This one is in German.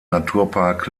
naturpark